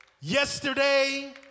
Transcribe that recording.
yesterday